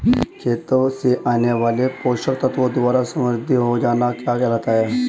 खेतों से आने वाले पोषक तत्वों द्वारा समृद्धि हो जाना क्या कहलाता है?